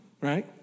Right